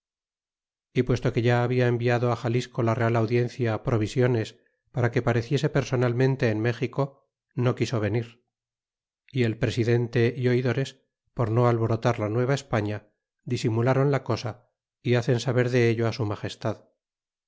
y puesto que ya habia enviado xalisco la real audiencia provisiones para que pareciese personalmente en méxico no quiso venir y el presidente é oidores por no alborotar la nueva esparia disimuláron la cosa y hacen saber de ello á su magestad